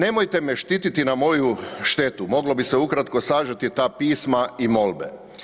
Nemojte me štititi na moju štetu, moglo bi se ukratko sažeti ta pisma i molbe.